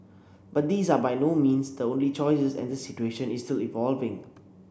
but these are by no means the only choices and the situation is still evolving